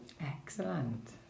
Excellent